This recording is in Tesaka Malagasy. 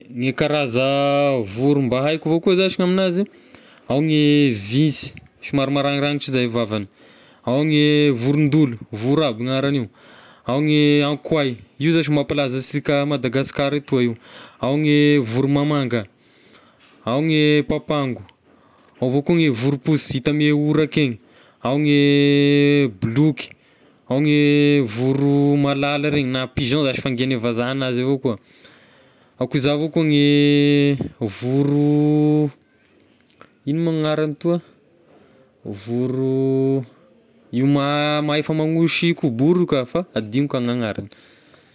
Ny karaza voro mba haiko avao koa zashy aminazy ao gne vinsy somary maraniranitry zay vavany, ao gne vorondolo voro aby ny agnarany io, ao gne ankoay io zashy mampalaza ansika Madagasikara atoa io, ao gne voromamanga, ao gne papango, ao avao koa gne voromposy hita ame oraky igny, ao gne boloky, ao gne voromalala regny na pigeon zashy fangian'ny vazaha azy avao koa, ao koa za ao avao koa ny voro igno ny agnarany toa voro io ma- mahay fa magnao sioka bory io ka fa adignoko a gn'agnarany.